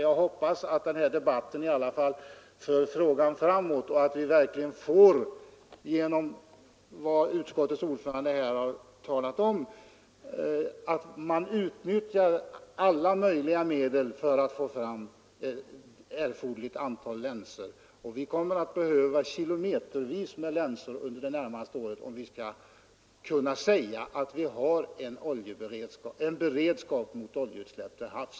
Jag hoppas att den här debatten i alla fall för frågan framåt och att vi verkligen, efter vad utskottets ordförande här har talat om, utnyttjar alla möjliga medel för att få fram erforderliga länsor. Vi kommer att behöva kilometervis med länsor under det närmaste året om vi skall kunna säga att vi har en beredskap mot oljeutsläpp till havs.